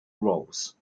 roles